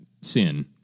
sin